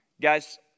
Guys